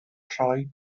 troi